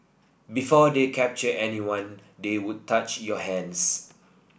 before they captured anyone they would touch your hands